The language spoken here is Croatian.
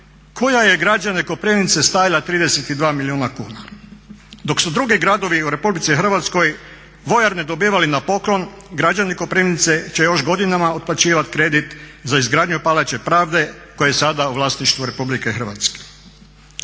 koja je građane Koprivnice stajala 32 milijuna kuna. Dok su drugi gradovi u RH vojarne dobivali na poklon građani Koprivnice će još godinama otplaćivati kredit za izgradnju Palače pravde koja je sada u vlasništvu Republike Hrvatske.